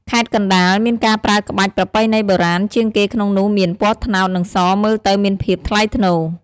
ខេត្តកណ្ដាល មានការប្រើក្បាច់ប្រពៃណីបុរាណជាងគេក្នុងនោះមាន ពណ៌ត្នោត និង ស មើលទៅមានភាពថ្លៃថ្នូរ។